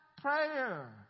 prayer